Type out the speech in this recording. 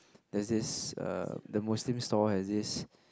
there's this err the Muslim store has this